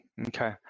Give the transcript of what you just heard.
Okay